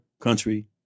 country